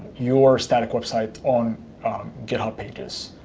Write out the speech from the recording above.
your static website on github pages